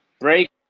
break